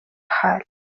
حال